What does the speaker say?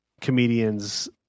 comedians